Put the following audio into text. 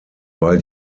weil